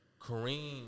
Kareem